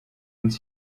minsi